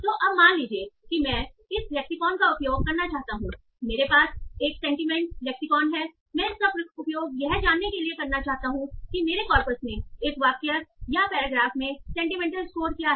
तो अब मान लीजिए कि मैं इस लेक्सिकॉन का उपयोग करना चाहता हूं मेरे पास एक सेंटीमेंट लेक्सिकॉन है मैं इसका उपयोग यह जानने के लिए करना चाहता हूं कि मेरे कॉर्पस में एक वाक्य या एक पैराग्राफ में सेंटीमेंटल स्कोर क्या है